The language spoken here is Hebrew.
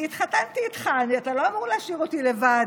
אני התחתנתי איתך, אתה לא אמור להשאיר אותי לבד